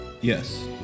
Yes